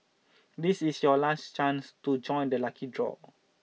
this is your last chance to join the lucky draw